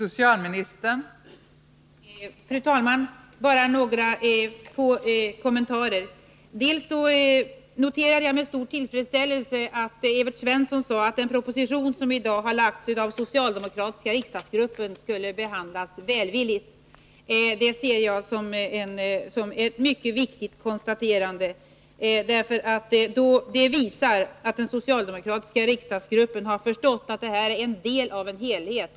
Fru talman! Jag skall bara göra några få kommentarer. Jag noterade bl.a. med stor tillfredsställelse att Evert Svensson sade att den proposition som i dag har lagts fram skulle behandlas välvilligt av den socialdemokratiska riksdagsgruppen. Det ser jag som ett mycket viktigt konstaterande, därför att det visar att den socialdemokratiska riksdagsgruppen har förstått att det här är en del av en helhet.